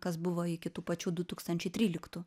kas buvo iki tų pačių du tūkstančiai tryliktų